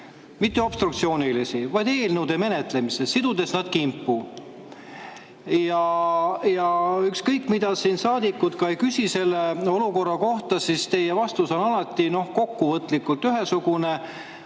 Mitte obstruktsiooni, vaid eelnõude menetlemist, sidudes nad kimpu. Ja ükskõik mida siin saadikud ka ei küsi selle olukorra kohta, teie vastus on alati kokkuvõtlikult ühesugune: